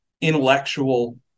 intellectual